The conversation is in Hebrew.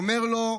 והוא אומר לו: